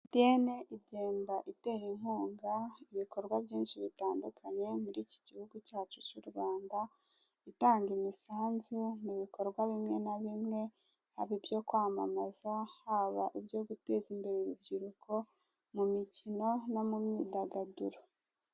MTN, igenda itera inkunga ibikorwa byinshi bitandukanye muri iki gihugu cyacu cy'U Rwanda, itanga imisanzu mu bikorwa bimwe na bimwe, haba ibyo kwamamaza, haba ibyo guteza imbere urubyiruko, mu mikono no mu myidagaduro.